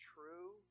True